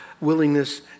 willingness